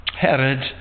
Herod